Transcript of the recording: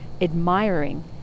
admiring